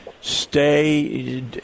stay